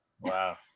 Wow